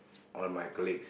or my colleagues